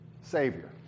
Savior